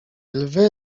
lwy